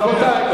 רבותי,